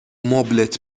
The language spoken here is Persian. مبلت